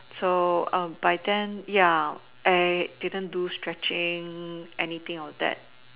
so by then ya I didn't do stretching anything or that